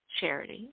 charity